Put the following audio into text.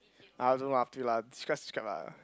I don't know lah up to you lah describe describe lah